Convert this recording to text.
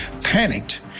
panicked